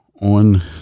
On